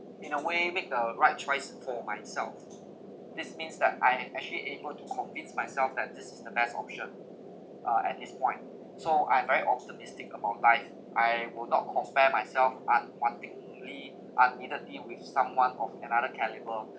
in a way make the right choice for myself this means that I actually able to convince myself that this is the best option uh at this point so I'm very optimistic about life I will not compare myself unwantingly unneededly with someone of another calibre